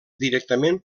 directament